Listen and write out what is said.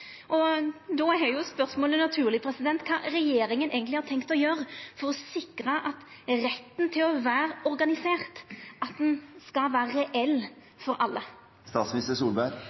Då er spørsmålet naturleg: Kva har regjeringa eigentleg tenkt å gjera for å sikra at retten til å vera organisert